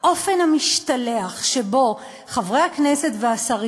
אבל האופן המשתלח שבו חברי הכנסת והשרים